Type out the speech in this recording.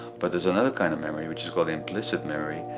but there is another kind of memory which is called implicit memory.